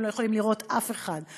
הם לא יכולים לראות אף אחד.